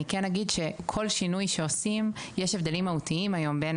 אני אגיד שכל שינוי שעושים יש הבדלים מהותיים היום בין